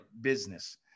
business